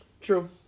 True